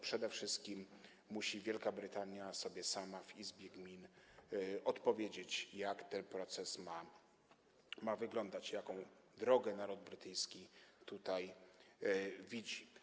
Przede wszystkim Wielka Brytania musi sobie sama w Izbie Gmin odpowiedzieć, jak ten proces ma wyglądać, jaką drogę naród brytyjski tutaj widzi.